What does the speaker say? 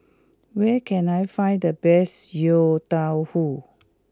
where can I find the best Yong Tau Foo